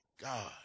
God